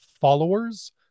followers